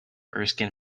erskine